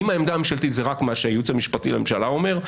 האם העמדה הממשלתית זה רק מה שהייעוץ המשפטי לממשלה אומר,